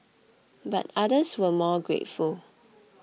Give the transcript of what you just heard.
but others were more grateful